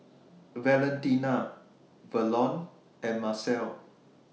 Valentina Verlon and Marcel